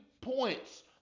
points